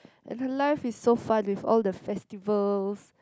and her life is so fun with all the festivals